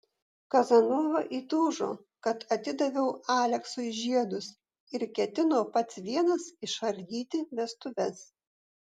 kazanova įtūžo kad atidaviau aleksui žiedus ir ketino pats vienas išardyti vestuves